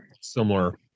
similar